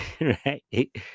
right